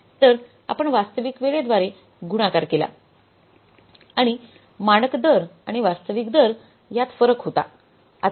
तर आपण वास्तविक वेळेद्वारे गुणाकार केला आणि मानक दर आणि वास्तविक दर यात फरक होता